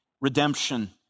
redemption